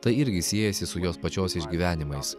tai irgi siejasi su jos pačios išgyvenimais